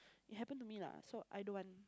it happen to me lah so I don't want